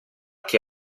che